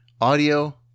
Audio